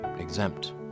exempt